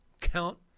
Count